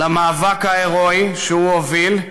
של המאבק ההירואי שהוא הוביל,